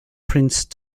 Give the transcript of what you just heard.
prince